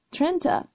Trenta